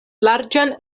larĝan